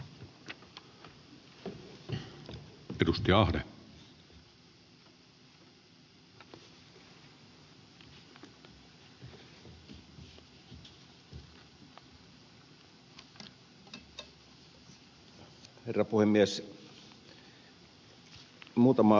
herra puhemies